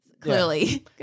Clearly